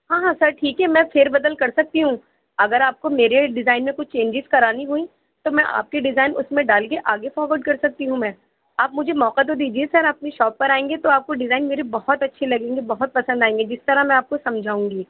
ہاں ہاں سر ٹھیک ہے میں پھیر بدل کر سکتی ہوں اگر آپ کو میرے ڈیزائن میں کچھ چینجز کرانی ہوئی تو میں آپ کے ڈیزائن اُس میں ڈال کے آگے فارورڈ کر سکتی ہوں میں آپ مجھے موقع تو دیجیے سر اپنی شاپ پر آئیں گے تو آپ کو ڈیزائن میرے بہت اچھے لگیں گے بہت پسند آئیں گے جس طرح میں آپ کو سمجھاؤں گی